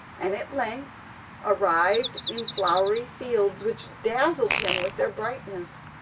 and at length arrived in flowery fields, which dazzled him with their brightness.